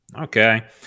Okay